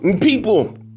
people